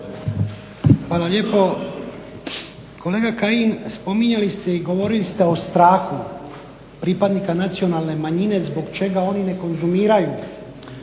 Hvala lijepo. Kolega Kajin spominjali ste i govorili ste o strahu pripadnika nacionalne manjine zbog čega oni ne konzumiraju